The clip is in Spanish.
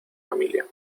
familia